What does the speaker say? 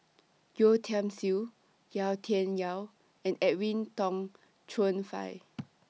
Yeo Tiam Siew Yau Tian Yau and Edwin Tong Chun Fai